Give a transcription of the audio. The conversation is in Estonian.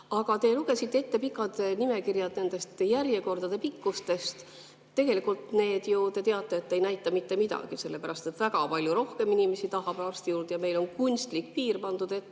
Aga te lugesite ette pikad nimekirjad nende järjekordade pikkuse kohta. Tegelikult need ju, te teate, ei näita mitte midagi, sest väga palju rohkem inimesi tahab arsti juurde ja meil on kunstlik piir pandud